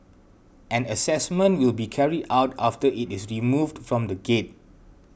an assessment will be carried out after it is removed from the gate